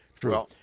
true